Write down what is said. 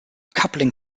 coupling